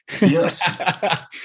Yes